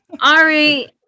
Ari